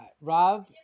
Rob